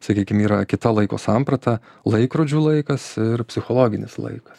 sakykim yra kita laiko samprata laikrodžių laikas ir psichologinis laikas